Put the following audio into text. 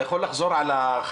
אתה יכול לחזור על החבילה?